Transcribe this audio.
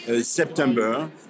september